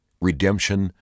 redemption